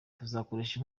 tuzakoresha